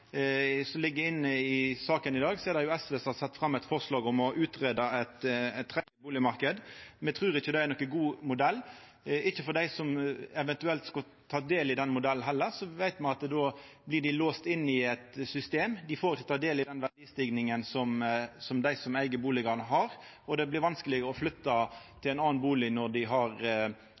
i saka i dag, har SV sett fram eit forslag om å greia ut ein tredje bustadmarknad. Me trur ikkje det er nokon god modell – ikkje for dei som eventuelt skal ta del i den modellen heller. Me veit at dei då blir låste inne i eit system, dei får ikkje ta del i verdistiginga som dei som eig bustader får, og det blir vanskeleg å flytta til ein annan bustad når dei